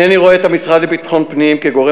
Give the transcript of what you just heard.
הנני רואה את המשרד לביטחון פנים כגורם